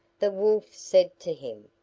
the wolf said to him,